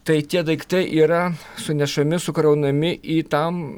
tai tie daiktai yra sunešami sukraunami į tam